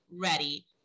ready